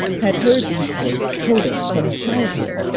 had heard these words quoted from childhood,